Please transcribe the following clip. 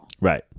Right